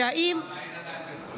שם אין עדיין בית חולים.